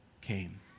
came